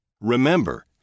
Remember